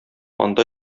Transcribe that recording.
анда